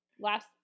last